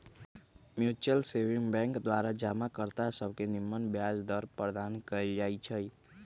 mutual saving bank द्वारा जमा कर्ता सभके निम्मन ब्याज दर प्रदान कएल जाइ छइ